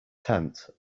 tent